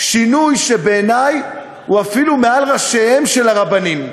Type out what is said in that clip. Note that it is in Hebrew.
שינוי שבעיני הוא אפילו מעל ראשיהם של הרבנים.